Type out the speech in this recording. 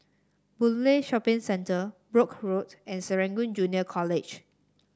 Boon Lay Shopping Centre Brooke Road and Serangoon Junior College